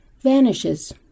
vanishes